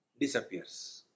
disappears